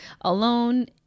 alone